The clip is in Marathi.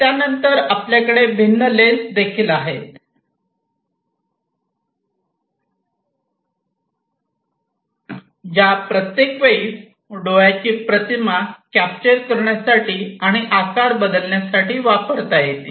त्यानंतर आपल्याकडे भिन्न लेन्स देखील आहेत ज्या प्रत्येक डोळ्याची प्रतिमा कॅप्चर करण्यासाठी आणि आकार बदलण्यासाठी वापरता येतील